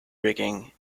rigging